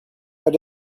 but